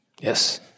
Yes